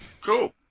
Cool